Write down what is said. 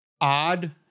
odd